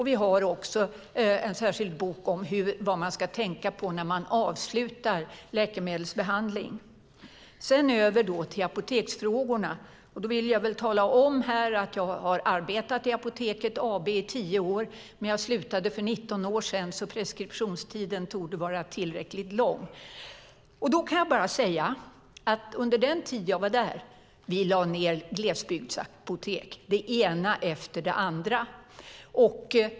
Vi har också en särskild bok om vad man ska tänka på när man avslutar läkemedelsbehandling. Sedan ska jag gå över till apoteksfrågorna. Då vill jag tala om att jag har arbetat i Apoteket AB i tio år. Men jag slutade för 19 år sedan, så preskriptionstiden torde vara tillräckligt lång. Under den tid jag var där lade vi ned glesbygdsapotek, det ena efter det andra.